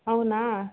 అవునా